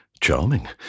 Charming